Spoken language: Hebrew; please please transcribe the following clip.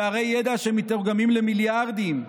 פערי ידע שמתורגמים למיליארדים,